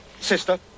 sister